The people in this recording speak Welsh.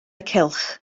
cylch